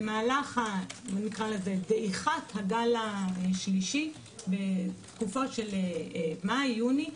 במהלך דעיכת הגל השלישי בתקופה של מאי-יוני,